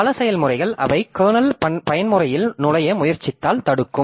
பல செயல்முறைகள் அவை கர்னல் பயன்முறையில் நுழைய முயற்சித்தால் தடுக்கும்